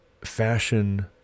fashion